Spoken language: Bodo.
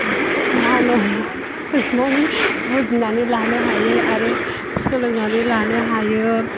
मा होनो सोंनानै बुजिनानै लानो हायो आरो सोलोंनानै लानो हायो